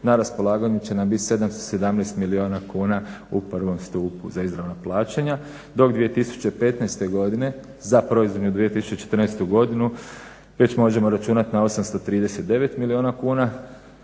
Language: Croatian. na raspolaganju će nam bit 717 milijuna kuna u prvom stupu za izravna plaćanja, dok 2015. godine za proizvodnu 2014. godinu već možemo računati na 839 milijuna kuna